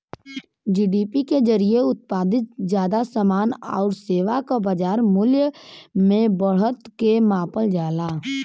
GDP के जरिये उत्पादित जादा समान आउर सेवा क बाजार मूल्य में बढ़त के मापल जाला